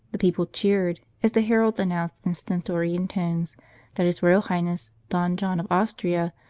the people cheered, as the heralds announced in stentorian tones that his royal highness don john of austria,